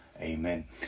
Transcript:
amen